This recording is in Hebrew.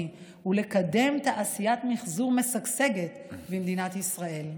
ולקדם תעשיית מחזור משגשגת במדינת ישראל.